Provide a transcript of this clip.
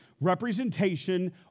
representation